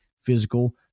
physical